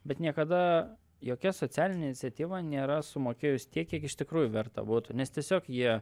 bet niekada jokia socialinė iniciatyva nėra sumokėjus tiek kiek iš tikrųjų verta būtų nes tiesiog jie